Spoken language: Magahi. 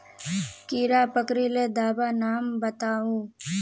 कीड़ा पकरिले दाबा नाम बाताउ?